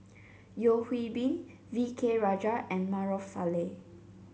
Yeo Hwee Bin V K Rajah and Maarof Salleh